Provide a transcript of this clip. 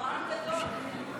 תבקש שש דקות.